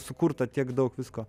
sukurta tiek daug visko